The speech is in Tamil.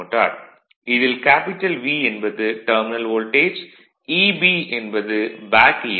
மோட்டார் இதில் V என்பது டெர்மினல் வோல்டேஜ் Eb என்பது பேக் ஈ